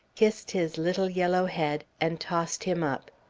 kissed his little yellow head, and tossed him up.